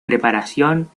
preparación